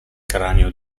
cranio